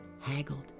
haggled